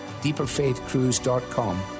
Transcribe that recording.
deeperfaithcruise.com